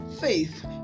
faith